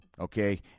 Okay